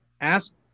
Ask